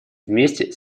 вместе